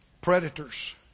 predators